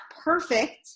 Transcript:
perfect